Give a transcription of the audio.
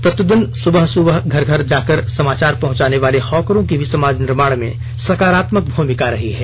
प्रतिदिन सुबह सुबह घर घर जाकर समाचार पहुंचने वाले हॉकरों की भी समाज निर्माण में सकारात्मक भूमिका रही है